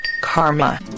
karma